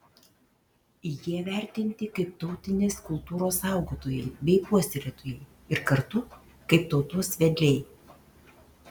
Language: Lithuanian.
jie vertinti kaip tautinės kultūros saugotojai bei puoselėtojai ir kartu kaip tautos vedliai